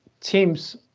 teams